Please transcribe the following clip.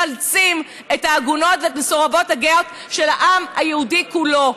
מחלצים את העגונות ואת מסורבות הגט של העם היהודי כולו.